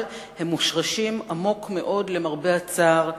אבל הם מושרשים עמוק מאוד, למרבה הצער,